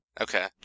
Okay